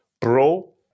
Bro